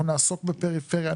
אנחנו נעסוק בפריפריה,